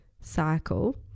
cycle